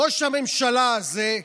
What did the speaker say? ראש הממשלה הזה,